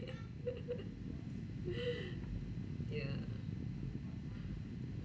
yeah mm